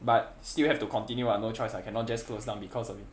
but still have to continue ah no choice ah cannot just close down because of it